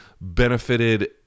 benefited